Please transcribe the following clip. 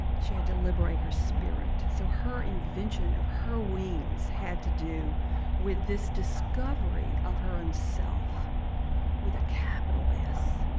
she had to liberate her spirit, so her invention of her wings had to do with this discovery of her own self with a capital s,